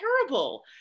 terrible